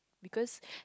because